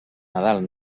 nadal